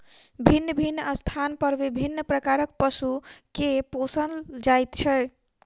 भिन्न भिन्न स्थान पर विभिन्न प्रकारक पशु के पोसल जाइत छै